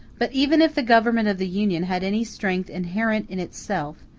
but even if the government of the union had any strength inherent in itself,